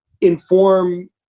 inform